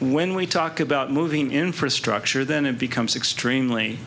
when we talk about moving infrastructure then it becomes extremely